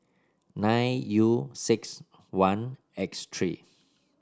nine U six one X three